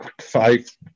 five